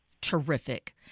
Terrific